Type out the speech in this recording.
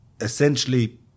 essentially